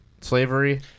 slavery